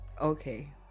Okay